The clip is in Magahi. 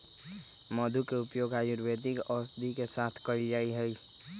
मधु के उपयोग आयुर्वेदिक औषधि के साथ कइल जाहई